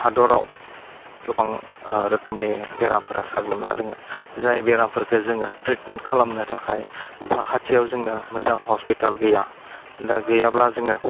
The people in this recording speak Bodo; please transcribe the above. हादराव गोबां रोखोमनि बेरामफोरा साग्लोबना दङो जाय बेरामफोरखौ जोङो ट्रिटमेन्ट खालामनो थाखाय साखाथियाव जोंनो मोजां हस्पिटाल गैया दा गैयाब्ला जोङो